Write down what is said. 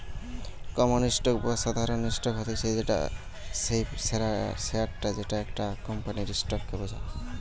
common stock বা সাধারণ stock হতিছে সেই শেয়ারটা যেটা একটা কোম্পানির স্টক কে বোঝায়